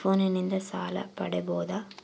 ಫೋನಿನಿಂದ ಸಾಲ ಪಡೇಬೋದ?